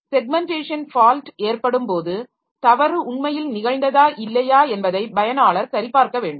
segmentation fault ஏற்படும் போது தவறு உண்மையில் நிகழ்ந்ததா இல்லையா என்பதை பயனாளர் சரிபார்க்க வேண்டும்